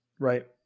Right